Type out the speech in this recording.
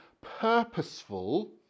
purposeful